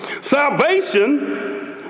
Salvation